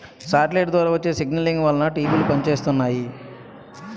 satellite ద్వారా వచ్చే signalling వలన టీవీలు పనిచేస్తున్నాయి